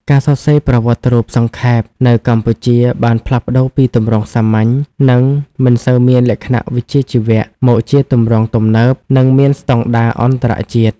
ការសរសេរប្រវត្តិរូបសង្ខេប នៅកម្ពុជាបានផ្លាស់ប្ដូរពីទម្រង់សាមញ្ញ និងមិនសូវមានលក្ខណៈវិជ្ជាជីវៈ មកជាទម្រង់ទំនើប និងមានស្តង់ដារអន្តរជាតិ។